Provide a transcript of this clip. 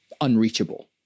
unreachable